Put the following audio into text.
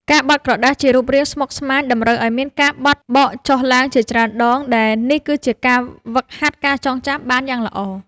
ការបត់ក្រដាសជារូបរាងស្មុគស្មាញ តម្រូវឱ្យមានការបត់បកចុះឡើងជាច្រើនដង ដែលនេះគឺជាការហ្វឹកហាត់ការចងចាំបានយ៉ាងល្អ។